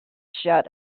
shut